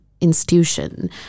institution